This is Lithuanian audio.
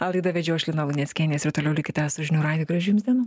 o laidą vedžiau aš lina luneckienė jūs ir toliau likite su žinių radiju gražių jums dienų